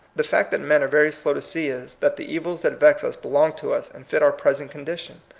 the fact that men are very slow to see is, that the evils that vex us belong to us, and fit our present condition.